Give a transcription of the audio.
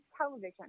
television